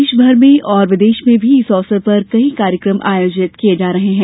देशभर में और विदेश में भी इस अवसर पर कई कार्यक्रम आयोजित किये जा रहे हैं